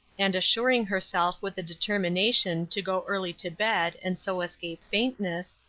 and assuring herself with the determination to go early to bed, and so escape faintness,